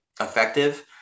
effective